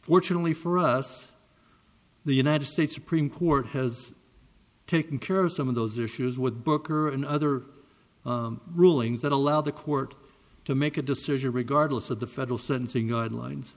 fortunately for us the united states supreme court has taken care of some of those issues with booker and other rulings that allow the court to make a decision regardless of the federal sentencing guidelines